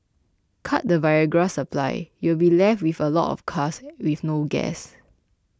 cut the Viagra supply you'll be left with a lot of cars with no gas